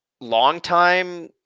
Long-time